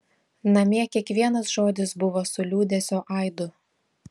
namie kiekvienas žodis buvo su liūdesio aidu